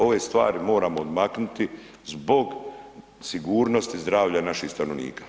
Ove stvari moramo odmaknuti zbog sigurnosti zdravlja naših stanovnika.